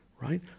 right